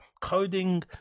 coding